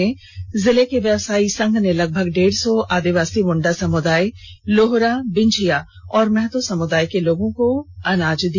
खूंटी जिले के व्यवसायी संघ ने लगभग डेढ़ सौ आदिवासी मुंडा समुदाय लोहरा बिंझिया और महतो समुदाय के लोगों को अनाज दिया